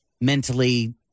mentally